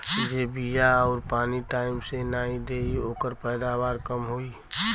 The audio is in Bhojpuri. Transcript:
जे बिया आउर पानी टाइम से नाई देई ओकर पैदावार कम होई